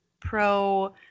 pro